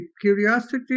curiosity